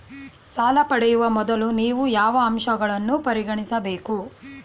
ಸಾಲ ಪಡೆಯುವ ಮೊದಲು ನೀವು ಯಾವ ಅಂಶಗಳನ್ನು ಪರಿಗಣಿಸಬೇಕು?